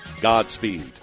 Godspeed